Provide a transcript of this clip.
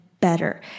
better